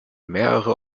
mehrere